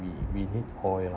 we we need oil lah